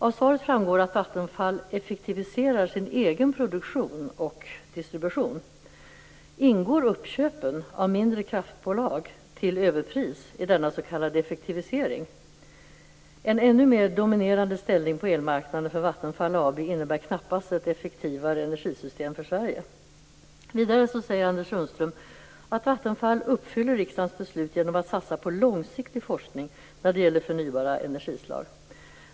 Av svaret framgår att Vattenfall effektiviserar sin egen produktion och distribution. Ingår uppköpen av mindre kraftbolag till överpris i denna s.k. effektivisering? En ännu mer dominerande ställning på elmarknaden för Vattenfall AB innebär knappast ett effektivare energisystem för Sverige. Vidare säger Anders Sundström att Vattenfall uppfyller riksdagens beslut genom att satsa på långsiktig forskning när det gäller förnybara energislag.